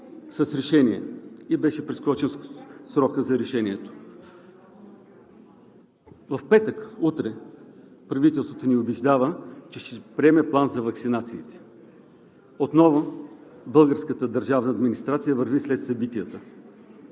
с решение и беше прескочен срокът за решението. В петък, утре, правителството ни убеждава, че ще приеме план за ваксинациите. Отново българската държавна администрация върви след събитията.